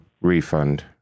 refund